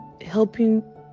helping